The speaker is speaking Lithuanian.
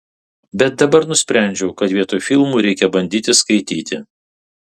bet dabar nusprendžiau kad vietoj filmų reikia bandyti skaityti